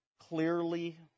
clearly